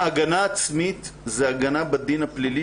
הגנה עצמית זה הגנה בדין הפלילי,